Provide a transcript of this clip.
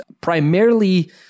primarily